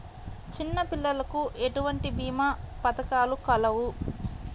చిన్నపిల్లలకు ఎటువంటి భీమా పథకాలు కలవు?